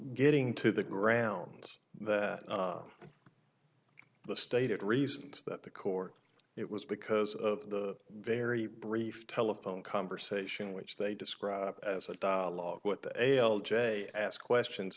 getting to the grounds that the stated reasons that the court it was because of the very brief telephone conversation which they described as a dialogue with the l j ask questions